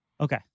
Okay